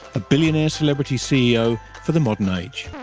a billionaire celebrity ceo for the modern age.